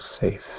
safe